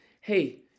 hey